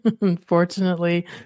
Unfortunately